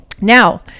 Now